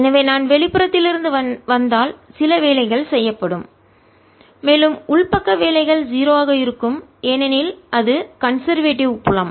எனவே நான் வெளிப்புறத்திலிருந்து வந்தால் சில வேலைகள் செய்யப்படும் மேலும் உள் பக்க வேலைகள் 0 ஆக இருக்கும் ஏனெனில் அது கன்சர்வேட்டிவ் பழைய புலம்